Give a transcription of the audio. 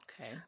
Okay